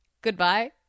Goodbye